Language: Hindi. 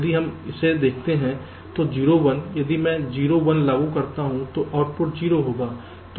यदि हम इसे देखते हैं तो 0 1 यदि मैं 0 1 लागू करता हूं तो आउटपुट 0 होगा